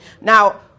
Now